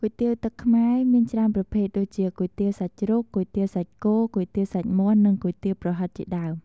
គុយទាវទឹកខ្មែរ មានច្រើនប្រភេទដូចជា គុយទាវសាច់ជ្រូក គុយទាវសាច់គោ គុយទាវសាច់មាន់ និងគុយទាវប្រហិតជាដើម។